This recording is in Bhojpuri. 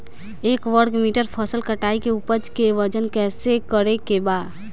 एक वर्ग मीटर फसल कटाई के उपज के वजन कैसे करे के बा?